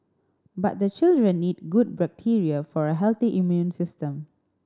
but the children need good bacteria for a healthy immune system